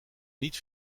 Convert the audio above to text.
niet